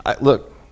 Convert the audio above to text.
Look